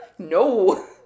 No